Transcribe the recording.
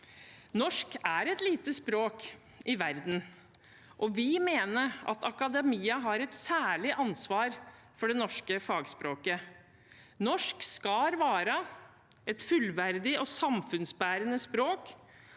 Norsk er et lite språk i verden, og vi mener at akademia har et særlig ansvar for det norske fagspråket. Norsk skal være et fullverdig og samfunnsbærende språk,